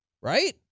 right